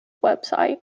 website